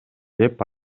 деп